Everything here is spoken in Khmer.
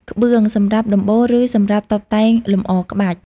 ក្បឿង: សម្រាប់ដំបូល ឬសម្រាប់តុបតែងលម្អក្បាច់។